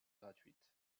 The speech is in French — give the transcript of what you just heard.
gratuite